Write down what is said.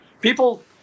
People